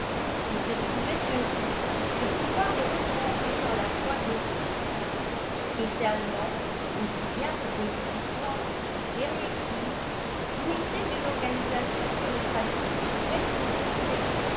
et se trouvait heureux de pouvoir les retremper dans la foi d'autrui socialement aussi bien que politiquement eriécreek jouissait d'une organisation démocratique presque complète